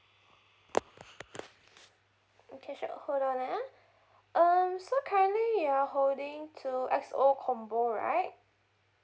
okay sure hold on ah um so currently you are holding to X O combo right